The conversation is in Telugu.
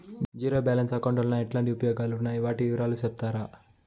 జీరో బ్యాలెన్స్ అకౌంట్ వలన ఎట్లాంటి ఉపయోగాలు ఉన్నాయి? వాటి వివరాలు సెప్తారా?